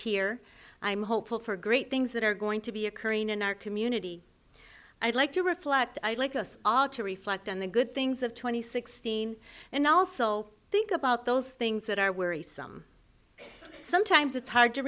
here i am hopeful for great things that are going to be occurring in our community i'd like to reflect i'd like us all to reflect on the good things of twenty sixteen and also think about those things that are worrisome sometimes it's hard to